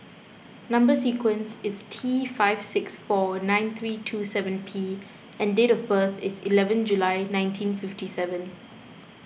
Number Sequence is T five six four nine three two seven P and date of birth is eleven July nineteen fifty seven